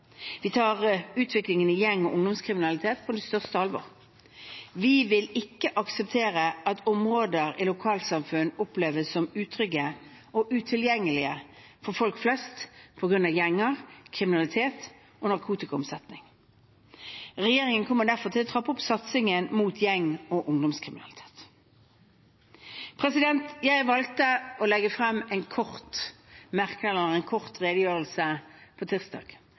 Vi tar utviklingen i gjeng- og ungdomskriminalitet på det største alvor. Vi vil ikke akseptere at områder i lokalsamfunn oppleves som utrygge og utilgjengelige for folk flest på grunn av gjenger, kriminalitet og narkotikaomsetning. Regjeringen kommer derfor til å trappe opp satsingen mot gjeng- og ungdomskriminalitet. Jeg valgte å legge frem en kort redegjørelse på tirsdag på bakgrunn av at vi har en